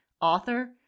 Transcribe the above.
author